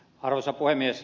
arvoisa puhemies